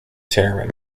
chairman